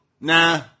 nah